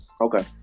Okay